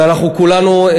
ואנחנו כולנו,